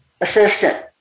assistant